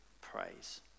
praise